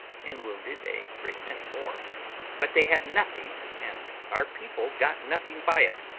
and wounded a great many more but they had nothing, and our people got nothing by it,